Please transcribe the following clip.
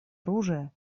оружия